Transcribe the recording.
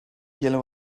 yellow